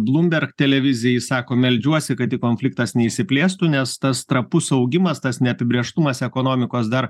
bloomberg televizijai sako meldžiuosi kad tik konfliktas neišsiplėstų nes tas trapus augimas tas neapibrėžtumas ekonomikos dar